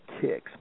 kicks